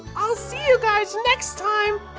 i'll see you guys next time!